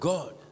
God